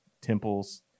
temples